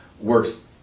works